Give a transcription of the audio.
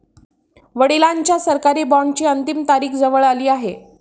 वडिलांच्या सरकारी बॉण्डची अंतिम तारीख जवळ आली आहे